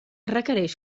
requereix